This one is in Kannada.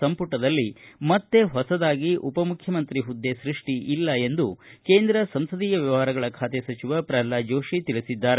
ಸಂಪುಟದಲ್ಲಿ ಮತ್ತೆ ಹೊಸದಾಗಿ ಉಪಮುಖ್ಯಮಂತ್ರಿ ಹುದ್ದೆ ಸೃಷ್ಟಿ ಇಲ್ಲ ಎಂದು ಕೇಂದ್ರ ಸಂಸದೀಯ ವ್ಯವಹಾರಗಳ ಖಾತೆ ಸಚಿವ ಪ್ರಲ್ವಾದ್ ಜೋಶಿ ತಿಳಿಸಿದ್ದಾರೆ